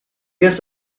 guess